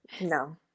no